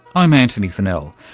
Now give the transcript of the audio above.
i'm antony funnell,